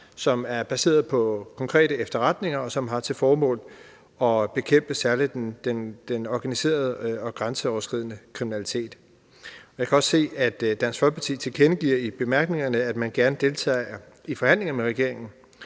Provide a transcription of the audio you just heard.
som er baseret på konkrete efterretninger, og som har til formål at bekæmpe særlig den organiserede og grænseoverskridende kriminalitet. Jeg kan også se, at Dansk Folkeparti i bemærkningerne tilkendegiver, at man gerne deltager i forhandlinger med regeringen